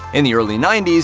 in the early ninety s,